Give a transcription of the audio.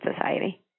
Society